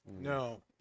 No